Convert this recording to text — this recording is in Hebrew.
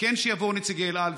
וכן שיבואו נציגי אל על,